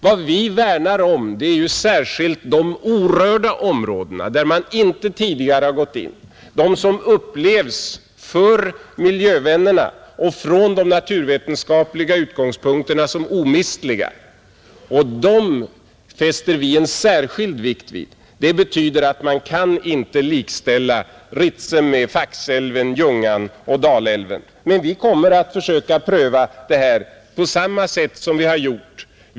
Vad vi värnar om är särskilt de orörda områdena där man inte tidigare har gått in, de som av miljövännerna och från de naturvetenskapliga utgångspunkterna upplevs som omistliga. Dem fäster vi särskilt vikt vid. Det betyder att man inte kan likställa Ritsem med Faxälven, Ljungan och Dalälven. Men vi kommer att försöka pröva detta på samma sätt som vi har gjort.